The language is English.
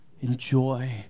Enjoy